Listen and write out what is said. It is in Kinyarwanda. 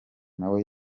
nawe